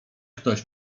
ktoś